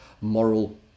moral